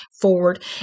forward